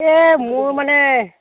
এই মোৰ মানে